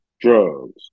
drugs